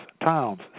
towns